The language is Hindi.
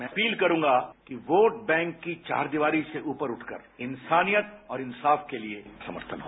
मैं अपील करूगा कि वोट बैंक की चार दीवारी से ऊपर उठकर इंसानियत और इंसाफ के लिए समर्थन हो